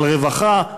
על רווחה,